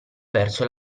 verso